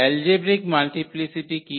algebraic multiplicity key